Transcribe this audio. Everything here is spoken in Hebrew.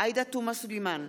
עאידה תומא סלימאן,